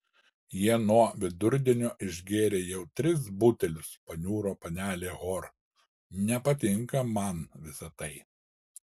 jie nuo vidurdienio išgėrė jau tris butelius paniuro panelė hor nepatinka man visa tai